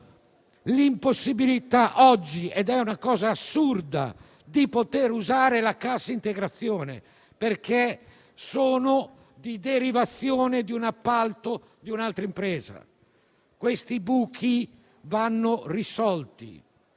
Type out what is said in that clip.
nell'impossibilità oggi - è una cosa assurda - di usare la cassa integrazione, perché sono di derivazione dell'appalto di un'altra impresa. Questi buchi vanno risolti.